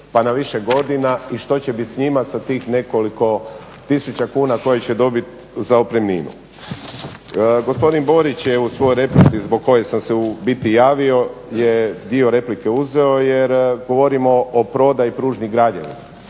pa na više godina i što će biti s njima, sa tih nekoliko 1000 kuna koje će dobiti za otpremninu? Gospodin Borić je u svojoj replici zbog koje sam se u biti javio je dio replike uzeo jer govorimo o prodaji Pružnih građevina.